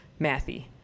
mathy